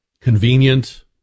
convenient